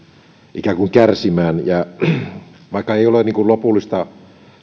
ikään kuin kärsimään vielä ei ole lopullista